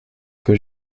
que